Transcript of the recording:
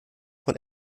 von